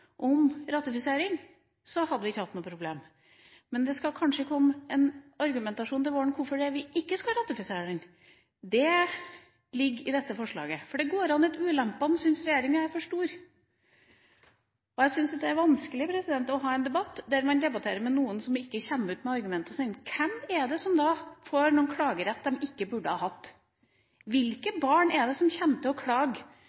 om ratifisering, hadde vi ikke hatt noe problem, men det skal kanskje komme en argumentasjon til våren om hvorfor vi ikke skal ratifisere den. Det ligger i dette forslaget. Det kan hende regjeringa syns at ulempene er for store. Jeg syns det er vanskelig å ha en debatt der man debatterer med noen som ikke kommer ut med argumentene sine. Hvem er det som får en klagerett de ikke burde ha hatt?